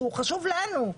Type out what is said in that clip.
שהוא חשוב לנו.